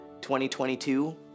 2022